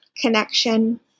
connection